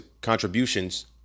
contributions